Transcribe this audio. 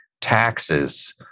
taxes